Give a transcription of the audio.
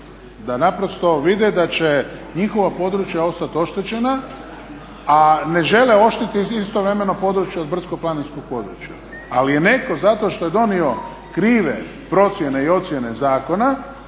Da naprosto vide da će njihova područja ostati oštećenja a ne žele oštetiti istovremeno područja od brdsko-planinskog područja. Ali je netko zato što je donio krive procjene i ocjene zakona